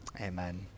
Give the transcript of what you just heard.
amen